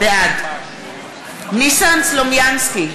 בעד ניסן סלומינסקי,